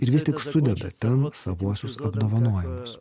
ir vis tik sudeda ten savuosius apdovanojimus